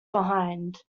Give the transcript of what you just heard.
behind